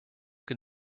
can